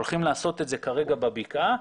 הולכים לעשות את זה כרגע בבקעה,